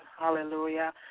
Hallelujah